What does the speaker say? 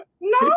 no